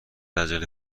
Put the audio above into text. عجله